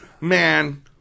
man